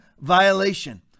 violation